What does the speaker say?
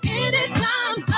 anytime